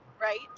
right